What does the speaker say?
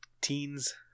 teens